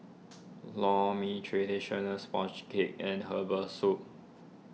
Lor Mee Traditional Sponge Cake and Herbal Soup